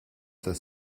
das